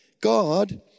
God